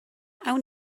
awn